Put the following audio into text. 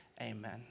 amen